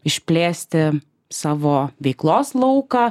išplėsti savo veiklos lauką